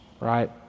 right